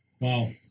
wow